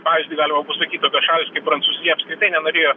pavyzdį galima pasakyt tada šalys kaip prancūzija apskritai nenorėjo